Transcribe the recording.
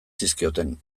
zizkioten